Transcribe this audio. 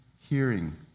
hearing